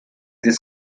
this